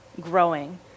growing